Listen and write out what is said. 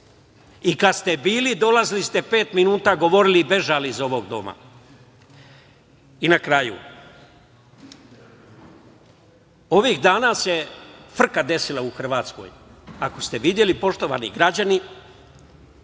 I kada ste bili, dolazili ste na pet minuta, govorili i bežali iz ovog doma. Na kraju, ovih dana se frka desila u Hrvatskoj. Ako ste videli, poštovani građani,